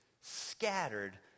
scattered